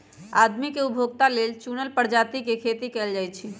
आदमी के उपभोग लेल चुनल परजाती के खेती कएल जाई छई